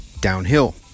downhill